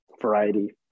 variety